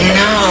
no